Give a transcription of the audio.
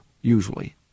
usually